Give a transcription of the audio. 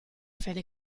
fede